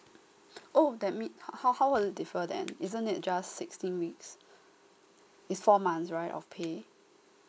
oh that means how how how would differ then isn't just sixteen weeks it's four months right of pay